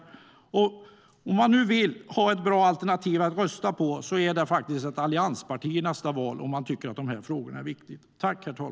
Om man nu tycker att de här frågorna är viktiga och vill ha ett bra alternativ att rösta på är det faktiskt ett alliansparti som gäller i nästa val.